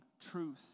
truth